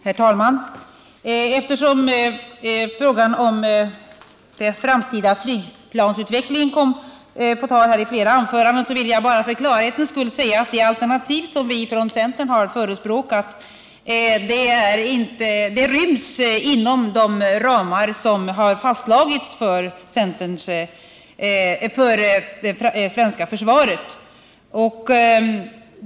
Herr talman! Eftersom frågan om den framtida flygplansutvecklingen kom på tal här i flera anföranden vill jag för klarhetens skull säga, att det alternativ vi från centern har förespråkat ryms inom de ekonomiska ramar som har fastslagits för det svenska försvaret.